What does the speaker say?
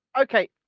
Okay